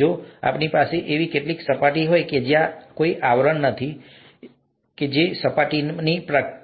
જો આપણી પાસે આવી કેટલીક સપાટી હોય તો ત્યાં કોઈ આવરણ નથી એવું કંઈ નથી તે માત્ર છે સપાટીની